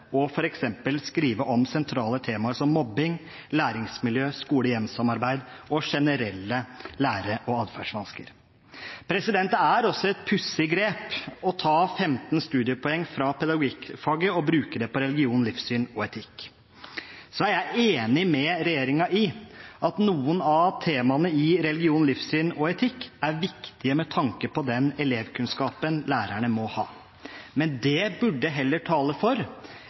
og f.eks. skrive om sentrale temaer som mobbing, læringsmiljø, skole–hjem-samarbeid og generelle lære- og atferdsvansker. Det er også et pussig grep å ta 15 studiepoeng fra pedagogikkfaget og bruke det på religion, livssyn og etikk. Så er jeg enig med regjeringen i at noen av temaene i religion, livssyn og etikk er viktige med tanke på den elevkunnskapen lærerne må ha. Men det burde heller tale for